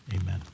Amen